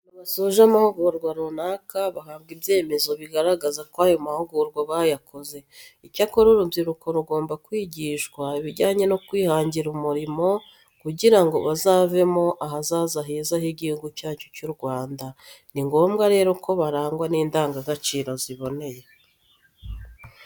Iyo abantu basoje amahugurwa runaka bahabwa ibyemezo bigaragaza ko ayo mahugurwa bayakoze. Icyakora urubyiruko rugomba kwigishwa ibijyane no kwihangira umurimo kugira ngo bazavemo ahazaza heza h'Igihugu cyacu cy'u Rwanda. Ni ngombwa rero ko barangwa n'indangagaciro ziboneye.